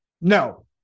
no